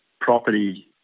property